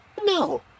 No